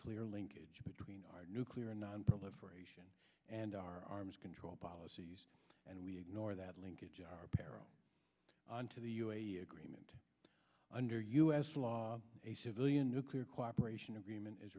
clear linkage between our nuclear nonproliferation and our arms control policies and we ignore that linkage our peril on to the agreement under u s law a civilian nuclear cooperation agreement is